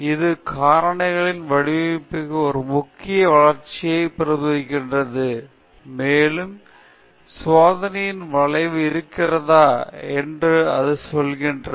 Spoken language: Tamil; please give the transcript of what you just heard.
இது காரணியாலான வடிவமைப்பிற்கு ஒரு முக்கிய வளர்ச்சியை பிரதிபலிக்கிறது மேலும் சோதனையில் வளைவு இருக்கிறதா என்று அது சொல்கிறது